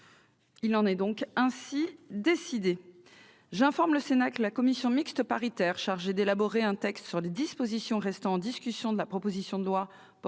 Il en est ainsi décidé.